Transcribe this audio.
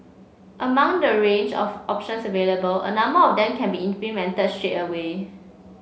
among the range of options available a number of them can be implemented straight away